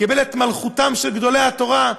קיבל את מלכותם של גדולי התורה,